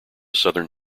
southern